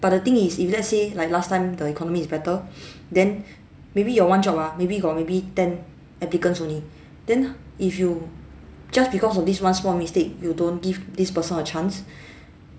but the thing is if let's say like last time the economy is better then maybe your one job ah maybe got maybe ten applicants only then if you just because of this one small mistake you don't give this person a chance